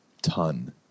ton